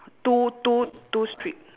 two two two strip